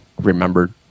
remembered